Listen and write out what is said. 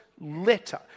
letter